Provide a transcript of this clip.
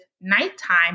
nighttime